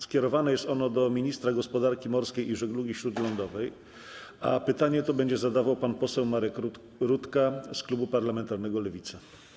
Skierowane jest ono do ministra gospodarki morskiej i żeglugi śródlądowej, a pytanie to będzie zadawał pan poseł Marek Rutka z klubu parlamentarnego Lewica.